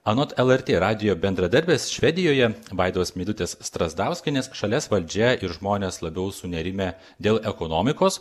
anot lrt radijo bendradarbės švedijoje vaidos meidutės strazdauskienės šalies valdžia ir žmonės labiau sunerimę dėl ekonomikos